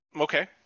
Okay